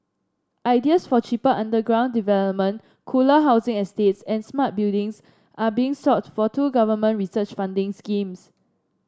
ideas for cheaper underground development cooler housing estates and smart buildings are being sought for two government research funding schemes